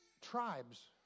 tribes